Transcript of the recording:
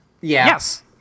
Yes